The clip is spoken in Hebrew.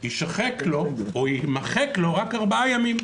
יימחקו לו רק ארבעה ימים.